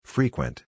Frequent